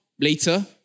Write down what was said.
Later